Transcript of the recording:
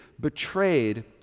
betrayed